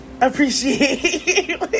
appreciate